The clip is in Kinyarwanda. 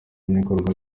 n’ibikorwa